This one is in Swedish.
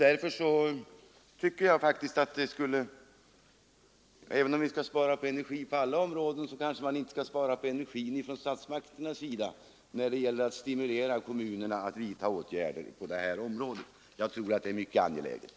Även om vi skall spara på energi på alla områden, skall man kanske inte från statsmakternas sida göra det när det gäller att stimulera kommunerna att vidta åtgärder på detta område. Jag tror att det är mycket angeläget.